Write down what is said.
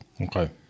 Okay